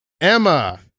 Emma